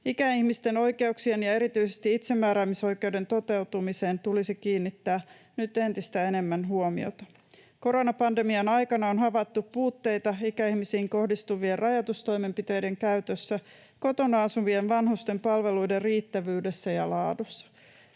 Ikäihmisten oikeuksien ja erityisesti itsemääräämisoikeuden toteutumiseen tulisi kiinnittää nyt entistä enemmän huomiota. Koronapandemian aikana on havaittu puutteita ikäihmisiin kohdistuvien rajoitustoimenpiteiden käytössä ja kotona asuvien vanhusten palveluiden riittävyydessä ja laadussa.